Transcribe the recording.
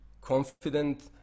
confident